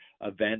event